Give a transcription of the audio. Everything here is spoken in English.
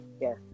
Yes